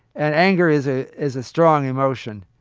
and anger is ah is a strong emotion.